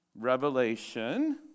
Revelation